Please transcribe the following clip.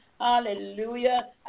Hallelujah